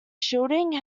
shielding